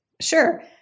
Sure